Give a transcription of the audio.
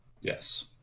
Yes